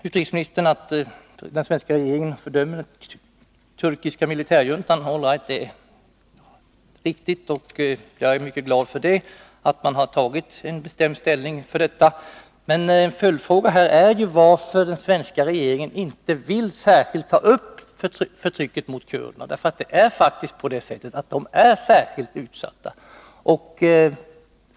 Utrikesministern säger att den svenska regeringen fördömer den turkiska militärjuntan. All right — det är riktigt. Jag är mycket glad för att man har tagit en bestämd ställning för detta. Min följdfråga är: Varför vill den svenska regeringen inte särskilt ta upp förtrycket mot kurderna? Det är faktiskt på det sättet att de är särskilt utsatta.